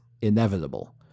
inevitable